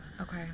Okay